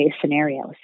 scenarios